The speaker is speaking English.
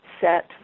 set